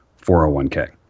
401k